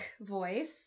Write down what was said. voice